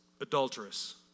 adulterous